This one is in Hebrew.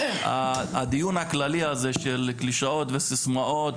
הדיון הכללי הזה של קלישאות וסיסמאות